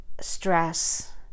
stress